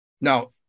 Now